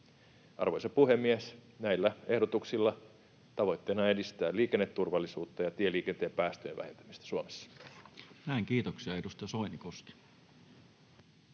Arvoisa puhemies! Näillä ehdotuksilla tavoitteena on edistää liikenneturvallisuutta ja tieliikenteen päästöjen vähentämistä Suomessa. [Speech 155] Speaker: Toinen